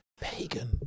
Pagan